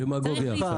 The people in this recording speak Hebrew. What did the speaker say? זו דמגוגיה.